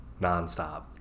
nonstop